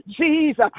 Jesus